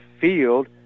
field